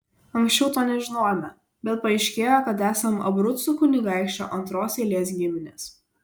anksčiau to nežinojome bet paaiškėjo kad esam abrucų kunigaikščio antros eilės giminės